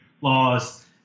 laws